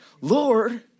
Lord